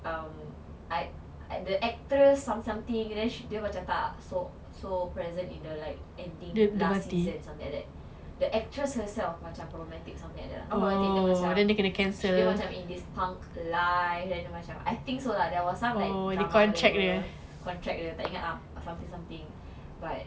um I at the actress some something and then dia macam tak so so present either like ending last season something like that the actress herself macam problematic something like like that lah dia macam dia macam indecisive punk life then dia macam I think so lah there were some like drama whatever contract tak ingat ah something something but